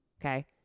okay